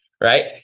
right